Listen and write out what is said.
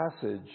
passage